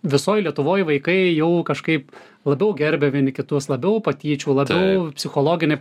visoj lietuvoj vaikai jau kažkaip labiau gerbia vieni kitus labiau patyčių labiau psichologinė